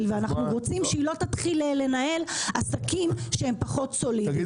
ואנחנו רוצים שהיא לא תתחיל לנהל עסקים שהם פחות סולידיים.